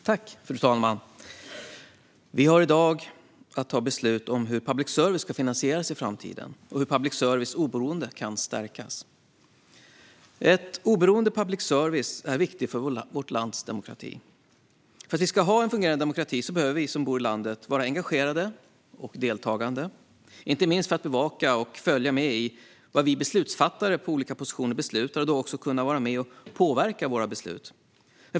Fru talman! Vi har i dag att ta beslut om hur public service ska finansieras i framtiden och hur public services oberoende kan stärkas. Ett oberoende public service är viktigt för vårt lands demokrati. För att vi ska ha en fungerande demokrati behöver vi som bor i landet vara engagerade och deltagande, inte minst för att bevaka och följa med i vad vi beslutsfattare på olika positioner beslutar och då också kunna vara med och påverka besluten.